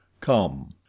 come